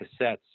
cassettes